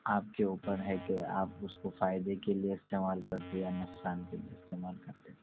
آپ کے اوپر ہے کہ آپ اس کو فائدے کے لیے استعمال کرتے ہیں یا نقصان کے لیے استعمال کرتے